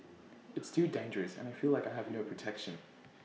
it's too dangerous and I feel like I have no protection